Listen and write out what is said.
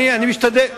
אני משתדל,